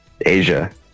Asia